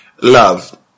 Love